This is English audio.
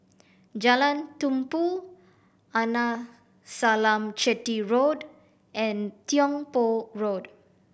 Jalan Tumpu Arnasalam Chetty Road and Tiong Poh Road